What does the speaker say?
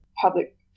public